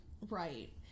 Right